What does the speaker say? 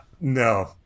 no